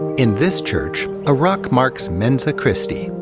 in this church, a rock marks mensa christi,